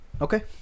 Okay